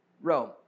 Rome